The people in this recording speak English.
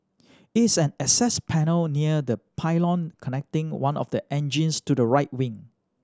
it is an access panel near the pylon connecting one of the engines to the right wing